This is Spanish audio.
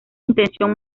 intención